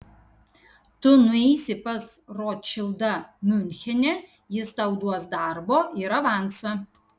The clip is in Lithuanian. tu nueisi pas rotšildą miunchene jis tau duos darbo ir avansą